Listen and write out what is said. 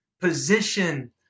position